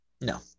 No